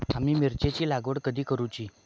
आम्ही मिरचेंची लागवड कधी करूची?